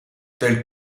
tels